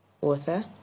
author